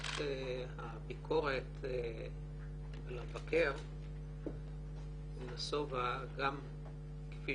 באמת הביקורת על המבקר נסובה גם כפי